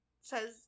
says